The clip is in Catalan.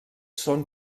són